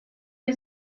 que